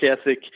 ethic